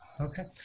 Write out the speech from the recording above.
Okay